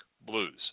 Blues